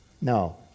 No